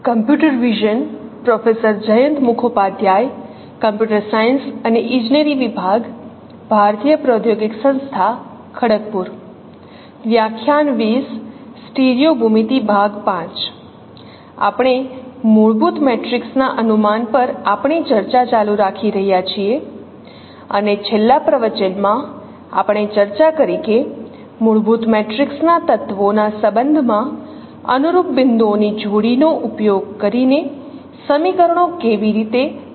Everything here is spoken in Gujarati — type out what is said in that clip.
computer vision professor Jayant Mukhopadhyay computer science અને ઈજનેરી વિભાગ ભારતીય પ્રૌધોગિક સંસ્થા ખડગપુર વ્યાખ્યાન 20 સ્ટીરિયો ભૂમિતિ ભાગ 5 આપણે મૂળભૂત મેટ્રિક્સ ના અનુમાન પર આપણી ચર્ચા ચાલુ રાખી રહ્યા છીએ અને છેલ્લા પ્રવચન માં આપણે ચર્ચા કરી કે મૂળભૂત મેટ્રિક્સ ના તત્વોના સંબંધ માં અનુરૂપ બિંદુઓની જોડીનો ઉપયોગ કરીને સમીકરણો કેવી રીતે રચના કરી શકાય